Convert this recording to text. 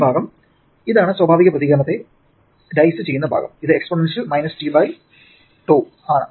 ഈ ഭാഗം ഇതാണ് സ്വാഭാവിക പ്രതികരണത്തെ ഡൈസ് ചെയ്യുന്ന ഭാഗം ഇത് exponential t by tau e t𝝉 ആണ്